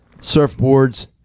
Surfboards